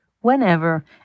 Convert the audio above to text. Whenever